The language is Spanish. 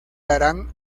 harán